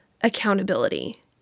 accountability